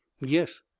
yes